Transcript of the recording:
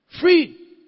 Free